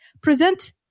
present